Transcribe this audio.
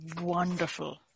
Wonderful